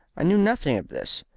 i knew nothing of this.